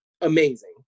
amazing